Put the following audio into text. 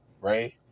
right